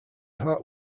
heart